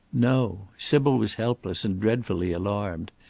no! sybil was helpless and dreadfully alarmed.